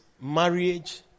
marriage